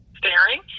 staring